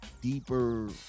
deeper